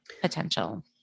potential